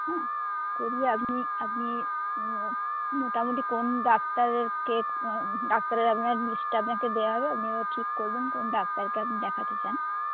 হ্যাঁ করিয়ে আপনি আপনি মোটামুটি কোন ডাক্তারেরকে ডাক্তারের আপনার লিস্ট আপনাকে দেওয়া হবে আপনি এবার ঠিক করবেন কোন ডাক্তারকে আপনি দেখাতে চান